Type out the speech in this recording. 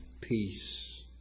peace